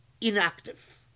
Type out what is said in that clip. inactive